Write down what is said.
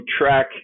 track